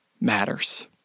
matters